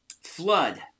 Flood